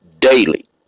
Daily